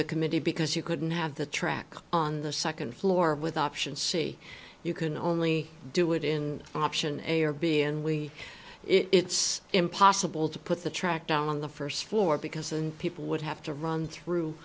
the committee because you couldn't have the track on the second floor with option c you can only do it in option a or b and we it's impossible to put the track down on the first floor because and people would have to run through